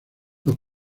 los